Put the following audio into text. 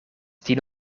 tien